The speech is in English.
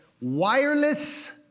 wireless